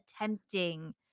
attempting